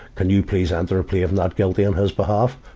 can you please enter a plea of not guilty on his behalf?